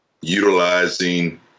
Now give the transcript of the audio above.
utilizing